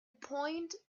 point